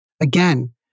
Again